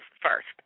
first